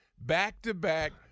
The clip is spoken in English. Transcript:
Back-to-back